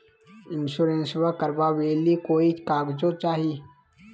इंसोरेंसबा करबा बे ली कोई कागजों चाही?